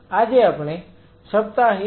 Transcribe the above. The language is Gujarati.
આજે આપણે સપ્તાહ 1 ના વર્ગ 3 માં છીએ